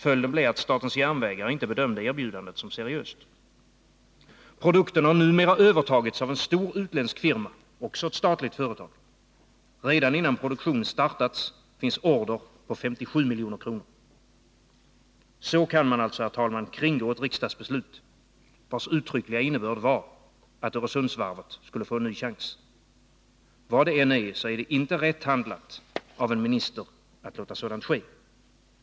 Följden blev att statens järnvägar inte bedömde erbjudandet som seriöst. Produkten har numera övertagits av en stor utländsk firma — också den ett statligt företag. Redan innan produktionen startat finns order på 57 milj. äs kr. Så kan man, herr talman, alltså kringgå ett riksdagsbeslut, vars uttryckliga innebörd var att Öresundsvarvet skulle få en ny chans. Vad det än är så är det inte rätt handlat av en minister att låta sådant ske.